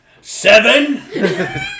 Seven